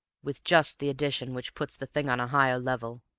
with just the addition which puts the thing on a higher level.